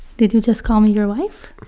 did you just call me your wife?